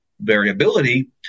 variability